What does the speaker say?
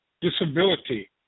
disability